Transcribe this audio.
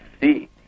see